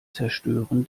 zerstören